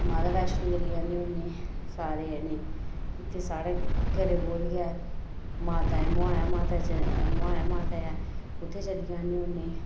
माता वैश्नो चली जन्ने होन्ने सारे जने इत्थे साढ़ै घरै कोल गै माता ऐ मोह् ऐ माता मोह् ऐ माता ऐ उत्थें चली जन्ने होन्ने